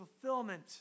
fulfillment